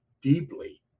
deeply